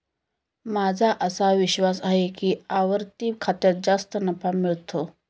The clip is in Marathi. माझा असा विश्वास आहे की आवर्ती खात्यात जास्त नफा मिळतो